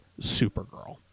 Supergirl